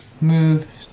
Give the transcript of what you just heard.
move